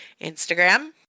Instagram